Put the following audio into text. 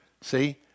See